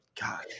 God